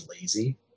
lazy